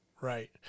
Right